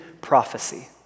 prophecy